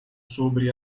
sobre